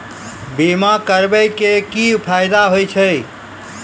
बीमा करबै के की फायदा होय छै?